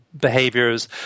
behaviors